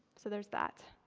so there's that.